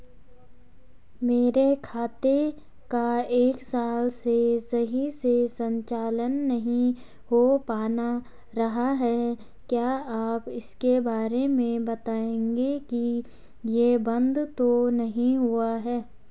मेरे खाते का एक साल से सही से संचालन नहीं हो पाना रहा है क्या आप इसके बारे में बताएँगे कि ये बन्द तो नहीं हुआ है?